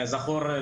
כזכור,